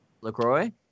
Lacroix